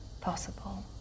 possible